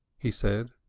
he said.